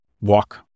walk